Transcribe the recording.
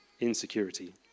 insecurity